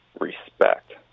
respect